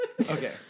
Okay